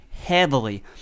Heavily